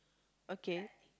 okay